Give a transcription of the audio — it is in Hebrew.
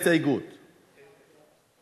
אנחנו נגיש הסתייגות ביחד.